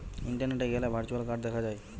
ইন্টারনেটে গ্যালে virtual card দেখা যায়